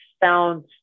found